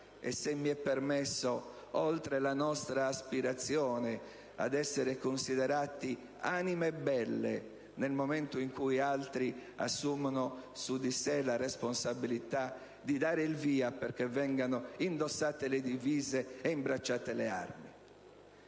e, se mi è permesso, oltre la nostra aspirazione ad essere considerati «anime belle», nel momento in cui altri assumono su di loro la responsabilità di dare il via a che vengano indossate le divise e imbracciate le armi.